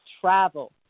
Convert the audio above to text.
travel